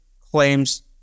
claims